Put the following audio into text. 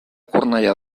cornellà